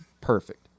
Perfect